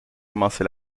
commencé